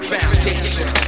Foundation